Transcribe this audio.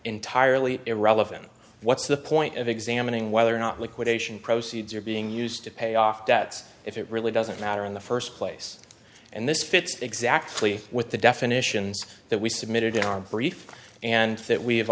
entirely irrelevant what's the point of examining whether or not liquidation proceeds are being used to pay off debts if it really doesn't matter in the first place and this fits exactly with the definitions that we submitted in our brief and that we have